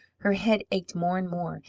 her head ached more and more,